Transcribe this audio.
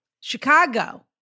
Chicago